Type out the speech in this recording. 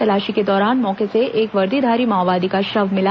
तलाशी के दौरान मौके से एक वर्दीधारी माओवादी का शव मिला